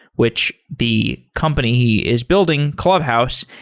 which the company he is building, clubhouse,